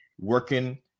working